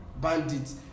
bandits